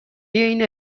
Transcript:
این